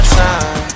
time